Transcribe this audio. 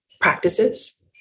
practices